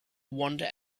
wander